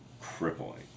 crippling